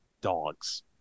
Dogs